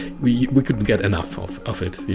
we we couldn't get enough of of it, yeah